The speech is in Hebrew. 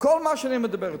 כל מה שאני מדבר אתכם.